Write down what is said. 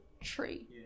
tree